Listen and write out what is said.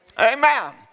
Amen